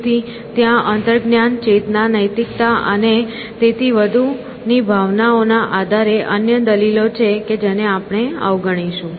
તેથી ત્યાં અંતજ્ઞાન ચેતના નૈતિકતા અને તેથી વધુની ભાવનાઓના આધારે અન્ય દલીલો છે કે જેને આપણે અવગણીશું